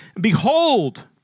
Behold